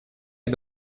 est